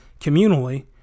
communally